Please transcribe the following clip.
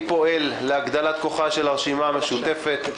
פועל להגדלת כוחה של הרשימה המשותפת.